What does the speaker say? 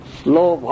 slow